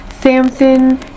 Samson